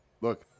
look